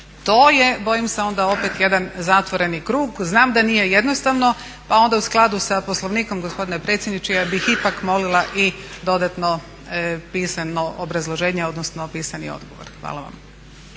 To je bojim se onda opet jedan zatvoreni krug. Znam da nije jednostavno pa onda u skladu sa Poslovnikom gospodine predsjedniče ja bih ipak molila i dodatno pisano obrazloženje odnosno pisani odgovor. Hvala vam.